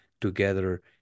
together